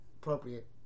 appropriate